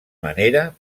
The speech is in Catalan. manera